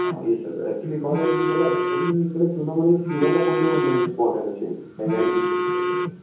yes sir actually call यासाठी केला होता सर मी इकडे पुण्यामध्ये फिरायला कोणते कोणते म्हणजे स्पॉट आहेत असे काय गाईड करू शकता का वगैरे